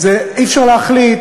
אי-אפשר להחליט,